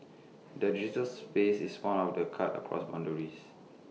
the digital space is one of the cuts across boundaries